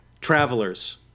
Travelers